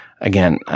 Again